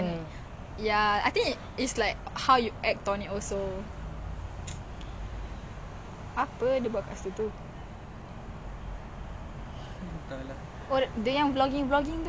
I don't know how it digress but if you get like license motor you want to get like what type of motor !wow!